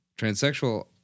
transsexual